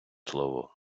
слово